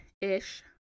ish